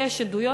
יש עדויות,